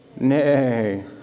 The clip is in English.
nay